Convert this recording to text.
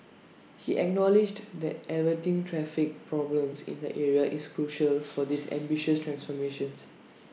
he acknowledged that averting traffic problems in the area is crucial for this ambitious transformation